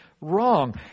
wrong